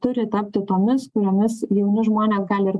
turi tapti tomis kuriomis jauni žmonės gali ir